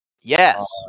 Yes